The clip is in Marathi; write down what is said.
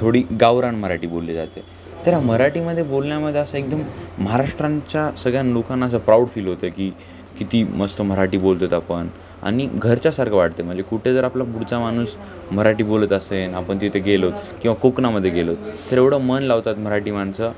थोडी गावरान मराठी बोलली जाते तर मराठीमध्ये बोलण्यामध्ये असं एकदम महाराष्ट्राच्या सगळ्या लोकांना असं प्राऊड फील होतं की किती मस्त मराठी बोलतोत आपण आणि घरच्यासारखं वाटते म्हणजे कुठे जर आपला पुढचा माणूस मराठी बोलत असेन आपण तिथे गेलोत किंवा कोकणामध्ये गेलो तर एवढं मन लावतात मराठी माणसं